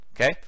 Okay